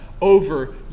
over